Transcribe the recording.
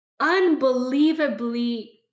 unbelievably